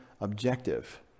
objective